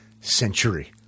century